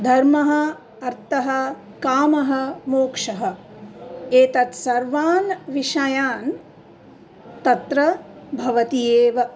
धर्मः अर्थः कामः मोक्षः एतत् सर्वान् विषयान् तत्र भवति एव